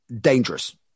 dangerous